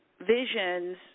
visions